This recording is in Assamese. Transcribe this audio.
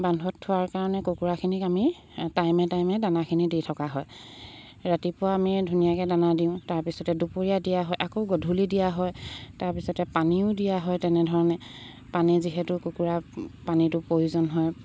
বান্ধত থোৱাৰ কাৰণে কুকুৰাখিনিক আমি টাইমে টাইমে দানাখিনি দি থকা হয় ৰাতিপুৱা আমি ধুনীয়াকৈ দানা দিওঁ তাৰপিছতে দুপৰীয়া দিয়া হয় আকৌ গধূলি দিয়া হয় তাৰপিছতে পানীও দিয়া হয় তেনেধৰণে পানী যিহেতু কুকুৰা পানীটো প্ৰয়োজন হয়